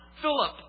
Philip